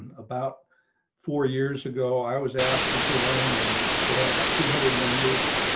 about four years ago, i was asked to join when they had about two hundred members.